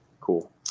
cool